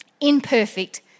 imperfect